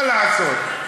מה לעשות,